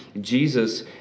Jesus